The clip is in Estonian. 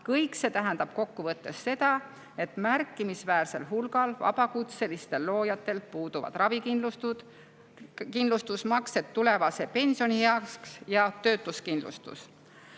Kõik see tähendab kokkuvõttes seda, et märkimisväärsel hulgal vabakutselistel loojatel puuduvad ravikindlustus, maksed tulevase pensioni heaks ja töötuskindlustus.